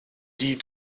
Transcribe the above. die